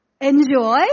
enjoy